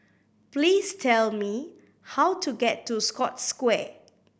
please tell me how to get to Scotts Square